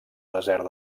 desert